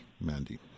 Mandy